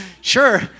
sure